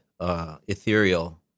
Ethereal